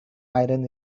iron